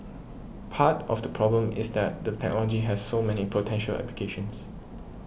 part of the problem is that the technology has so many potential applications